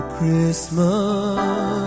Christmas